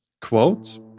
quote